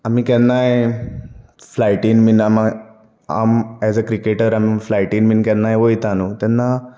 आमी केन्नाय फ्लायटींत बीन आम एज अ क्रिकेटर फ्लायटींत बीन केन्नाय वयता न्हू तेन्ना